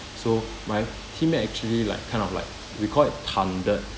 so my teammate actually like kind of like we call it thundered